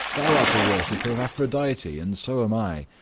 thou art a worshiper of aphrodite, and so am i,